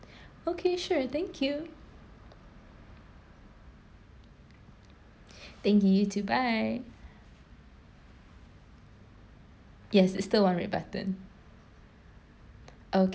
okay sure thank you thank you you too bye yes it's the one red button okay